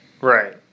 Right